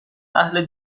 اهل